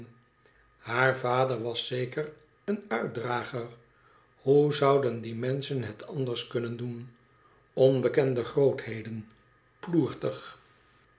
haar vader was zeker een uitdrager hoe zouden die menschen het anders kunnen doen onbekende grootheden ploertig